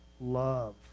love